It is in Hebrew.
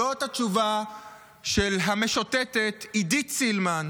זאת התשובה של המשוטטת עידית סילמן,